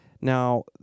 Now